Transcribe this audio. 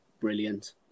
brilliant